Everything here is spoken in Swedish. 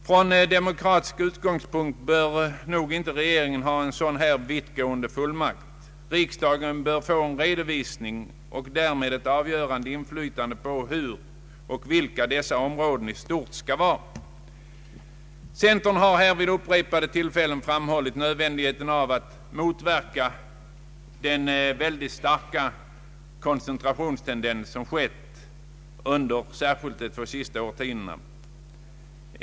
Från demokratisk synpunkt anser jag att regeringen inte bör få en så vittgående fullmakt. Riksdagen bör ha ett avgörande inflytande över vilka områden det i stort sett skall gälla och hur dessa skall vara utformade. Centern har vid upprepade tillfällen framhållit nödvändigheten av att motverka den starka koncentrationstendens som varit rådande under särskilt de två senaste årtiondena.